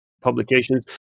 publications